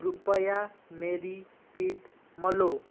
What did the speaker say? कृपया मेरी पीठ मलो